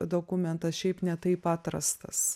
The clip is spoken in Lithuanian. dokumentas šiaip ne taip atrastas